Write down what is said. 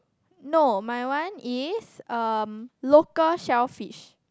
no my one is um local shellfish